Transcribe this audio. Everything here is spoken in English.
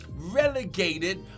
relegated